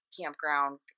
campground